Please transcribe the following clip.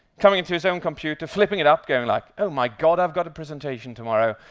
coming to his own computer, flipping it up, going like, oh my god, i've got a presentation tomorrow,